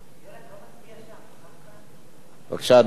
בבקשה, אדוני,